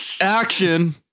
action